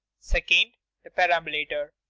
second the perambulator.